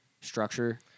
structure